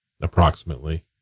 approximately